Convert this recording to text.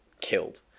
killed